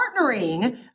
partnering